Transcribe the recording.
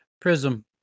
prism